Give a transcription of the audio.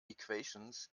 equations